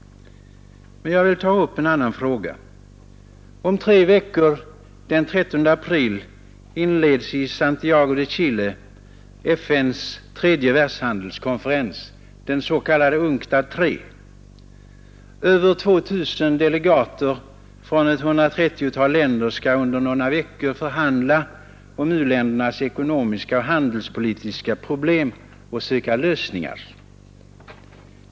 Jag vill så ta upp en annan fråga. Om tre veckor, den 13 april, inleds i Santiago de Chile FN:s tredje världshandelskonferens, den s.k. UNCTAD III. Över 2 000 delegater från 130 länder skall under några veckor förhandla om u-ländernas ekonomiska och handelspolitiska problem och söka lösningar.